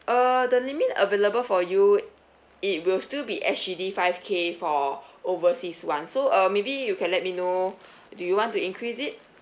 uh the limit available for you it will still be S_G_D five K for overseas [one] so uh maybe you can let me know do you want to increase it